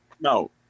no